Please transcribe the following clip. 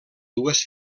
dues